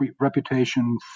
reputation